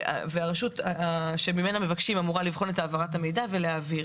הרשות שממנה מבקשים אמורה לבחון את העברת המידע ולהעביר.